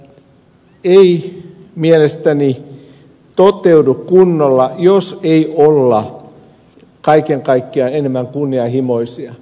tämä ei mielestäni toteudu kunnolla jos ei olla kaiken kaikkiaan enemmän kunnianhimoisia